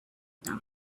them